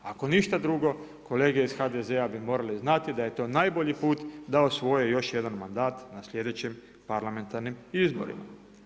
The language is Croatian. Ako ništa drugo kolege iz HDZ-a bi morali znati da je to najbolji put da osvoje još jedan mandat na sljedećim parlamentarnim izborima.